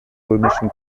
römischen